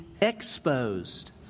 exposed